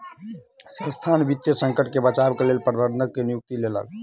संसथान वित्तीय संकट से बचाव के लेल प्रबंधक के नियुक्ति केलक